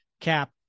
Cap